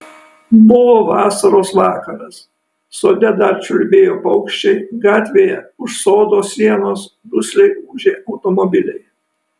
buvo vasaros vakaras sode dar čiulbėjo paukščiai gatvėje už sodo sienos dusliai ūžė automobiliai